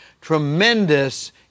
tremendous